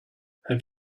have